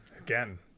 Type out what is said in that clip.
again